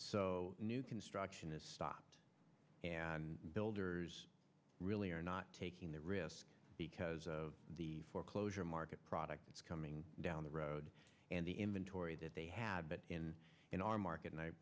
so new construction has stopped and builders really are not taking the risk because of the foreclosure market products coming down the road and the inventory that they have been in in our market and i